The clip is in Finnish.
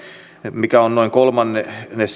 mikä on noin kolmannes